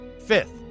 Fifth